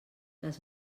les